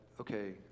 okay